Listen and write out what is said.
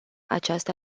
aceasta